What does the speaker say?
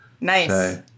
Nice